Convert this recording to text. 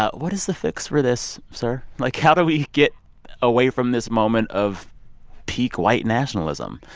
ah what is the fix for this, sir? like, how do we get away from this moment of peak white nationalism?